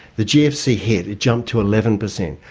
the gfc hit, it jumped to eleven percent.